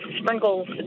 sprinkles